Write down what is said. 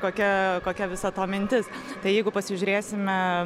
kokia kokia visa to mintis tai jeigu pasižiūrėsime